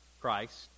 Christ